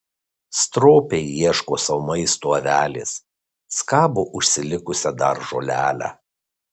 stropiai ieško sau maisto avelės skabo užsilikusią dar žolelę